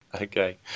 Okay